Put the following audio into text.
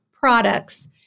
products